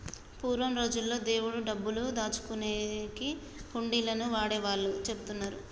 పూర్వం రోజుల్లో దేవుడి డబ్బులు దాచుకునేకి హుండీలను వాడేవాళ్ళని చెబుతున్నరు